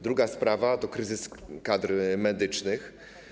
Druga sprawa to kryzys kadr medycznych.